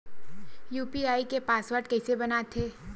UPI के password कइसे बनाथे?